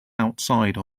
outside